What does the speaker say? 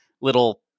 little